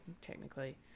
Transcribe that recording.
technically